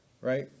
right